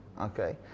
Okay